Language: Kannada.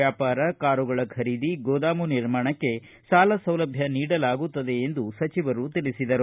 ವ್ಚಾಪಾರ ಕಾರುಗಳ ಖರೀದಿ ಗೋದಾಮು ನಿರ್ಮಾಣಕ್ಕೆ ಸಾಲ ಸೌಲಭ್ಞ ನೀಡಲಾಗುತ್ತದೆ ಎಂದು ಸಚಿವರು ತಿಳಿಸಿದರು